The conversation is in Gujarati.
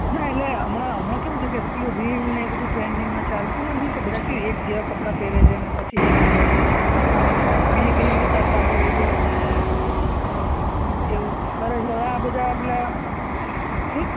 ના એટલે હમણાં હમણાં કેવું છે કે પેલી રીલ ને એ બધું ટ્રેન્ડિંગમાં ચાલતું હોય છે ને તો બધા કેવાં એક જેવાં કપડાં પહેરે છે ને પછી આમ રીલ ઉતારતા હોય છે ને એવું કરે છે હવે આ બધા પેલા શું